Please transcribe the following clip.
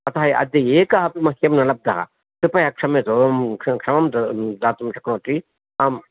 अतः अद्य एकः अपि मह्यं न लब्धः कृपया क्षम्यतु क्षमां दातुं शक्नोति अहं